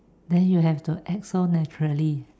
then you have to act so naturally